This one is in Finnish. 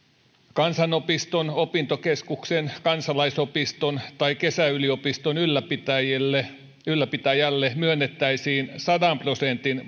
kansanopiston opintokeskuksen kansalaisopiston tai kesäyliopiston ylläpitäjälle ylläpitäjälle myönnettäisiin sadan prosentin